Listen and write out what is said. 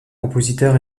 compositeur